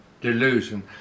delusion